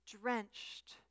drenched